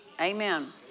Amen